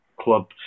club